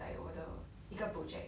like 我的一个 project